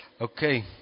Okay